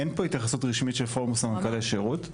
אין פה התייחסות רשמית של פורום סמנכ"לי שירות,